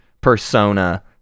persona